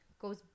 goes